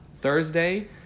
Thursday